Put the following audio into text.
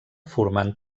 formant